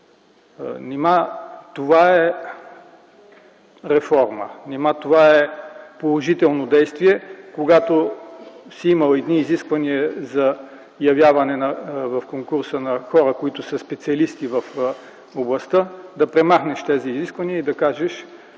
Нима това е реформа? Нима това е положително действие? Когато си имал едни изисквания за явяване в конкурса на хора, които са специалисти в областта, да премахнеш тези изисквания и да кажеш